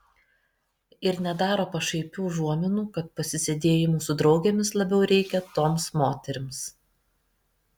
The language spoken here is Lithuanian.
ir nedaro pašaipių užuominų kad pasisėdėjimų su draugėmis labiau reikia toms moterims